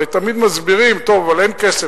הרי תמיד מסבירים: טוב, אבל אין כסף.